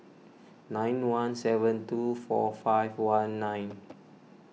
nine one seven two four five one nine